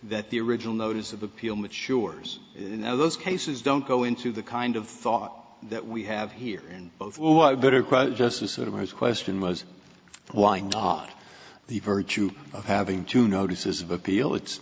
that the original notice of appeal matures and those cases don't go into the kind of thought that we have here and both justice sort of i was question was why the virtue of having two notices of appeal it's